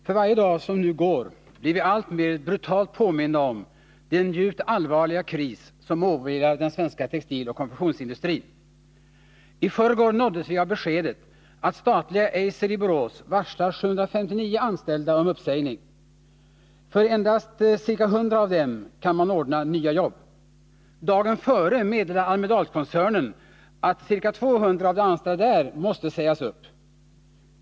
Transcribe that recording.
Herr talman! För varje dag som går blir vi alltmer brutalt påminda om den djupt allvarliga kris som den svenska textiloch konfektionsindustrin befinner sig i. I förrgår nåddes vi av beskedet att statliga Eiser i Borås varslar 759 anställda om uppsägning. För endast ca 100 av dem kan man ordna nya jobb. Dagen före meddelade Almedahlskoncernen att 200 av de anställda där måste sägas upp.